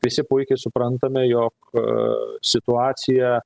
visi puikiai suprantame jog situacija